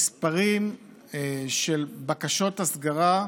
אנחנו ניקח את העניין של הסיווג בנושא של ספרי התורה,